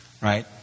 Right